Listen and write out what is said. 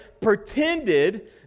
pretended